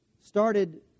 started